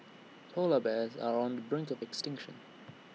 Polar Bears are on the brink of extinction